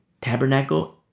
Tabernacle